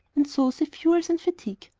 and so save fuel and fatigue.